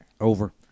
Over